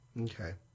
Okay